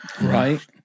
Right